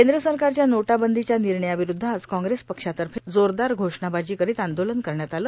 कद्र सरकारच्या नोटाबंदीच्या निणर्यावरुध्द आज कॉग्रेस पक्षातफ जोरदार घोषणाबाजी करोत आंदोलन करण्यात आले